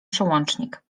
przełącznik